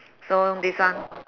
so this one